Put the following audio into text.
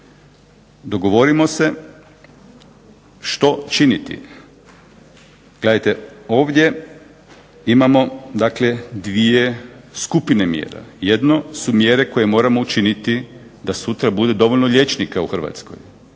Dogovorimo se što činiti. Gledajte, ovdje imamo dakle dvije skupine mjera. Jedno su mjere koje moramo učiniti da sutra bude dovoljno liječnika u Hrvatskoj.